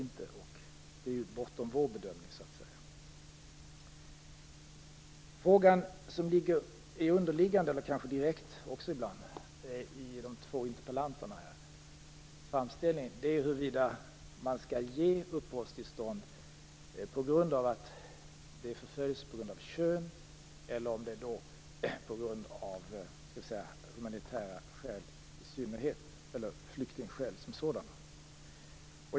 Men det är bortom vår bedömning. Den fråga som är underliggande, kanske också direkt ibland, i de två interpellanternas framställning är huruvida man skall ge uppehållstillstånd när det gäller förföljelse på grund av kön, på grund av humanitära skäl i synnerhet eller på grund av flyktingskäl som sådana.